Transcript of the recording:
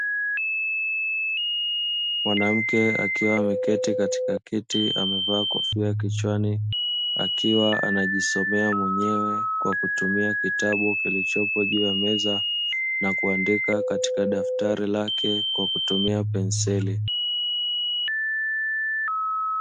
Mwanamke akiwa ameketi katika kiti amevaa kofia kichwani akiwa anajisomea mwenyewe kwa kutumia kitabu kilichopo juu ya meza, na kuandika katika daftari lake kwa kutumia penseli.